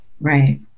Right